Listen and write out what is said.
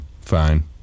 fine